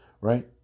right